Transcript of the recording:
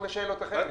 בבקשה.